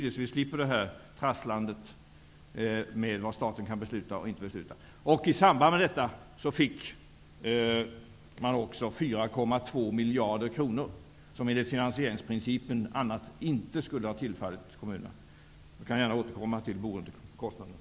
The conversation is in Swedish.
Då skulle vi slippa detta trasslande med vad staten kan besluta resp. inte kan besluta. I samband med detta fick kommunerna också 4,2 miljarder kronor som, enligt finansieringsprincipen, annars inte skulle ha tillfallit dem. Jag kan gärna återkomma till frågan om boendekostnaderna.